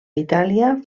itàlia